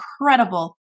incredible